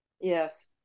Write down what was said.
Yes